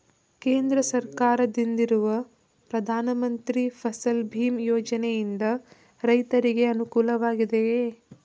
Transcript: ಕೇಂದ್ರ ಸರ್ಕಾರದಿಂದಿರುವ ಪ್ರಧಾನ ಮಂತ್ರಿ ಫಸಲ್ ಭೀಮ್ ಯೋಜನೆಯಿಂದ ರೈತರಿಗೆ ಅನುಕೂಲವಾಗಿದೆಯೇ?